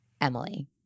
Emily